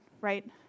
right